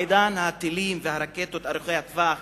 בעידן הטילים והרקטות ארוכי הטווח,